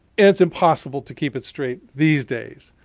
it's impossible to keep it straight these days.